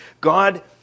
God